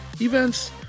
events